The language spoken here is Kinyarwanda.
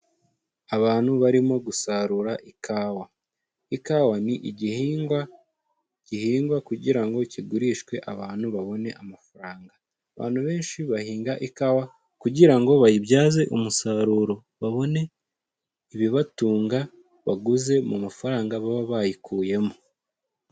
Abantu barimo gusarura ikawa, ikawa ni igihingwa gihingwa kugira ngo kigurishwe abantu babone amafaranga, abantu benshi bahinga ikawa kugira ngo bayibyaze umusaruro babone ibibatunga baguze mu mafaranga baba bayikuyemo.